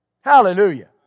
Hallelujah